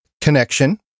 connection